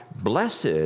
Blessed